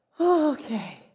Okay